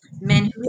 men